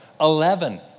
Eleven